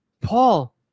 Paul